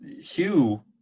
Hugh